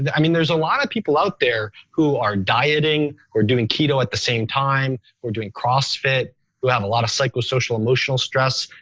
and i mean there's a lot of people out there who are dieting or doing keto at the same time or doing crossfit who have a lot of psychosocial emotional stress.